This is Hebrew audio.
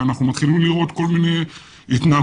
אנחנו מתחילים לראות כל מיני התנהגויות